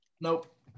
nope